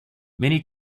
many